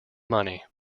money